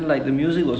mm